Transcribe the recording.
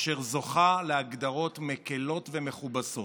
אשר זוכה להגדרות מקילות ומכובסות.